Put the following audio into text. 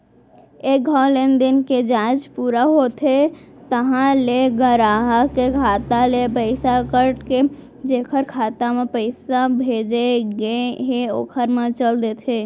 एक घौं लेनदेन के जांच पूरा होथे तहॉं ले गराहक के खाता ले पइसा कट के जेकर खाता म पइसा भेजे गए हे ओकर म चल देथे